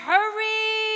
Hurry